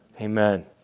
Amen